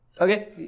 Okay